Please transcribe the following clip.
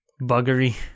Buggery